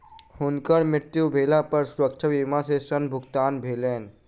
हुनकर मृत्यु भेला पर सुरक्षा बीमा सॅ ऋण भुगतान भेलैन